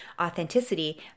authenticity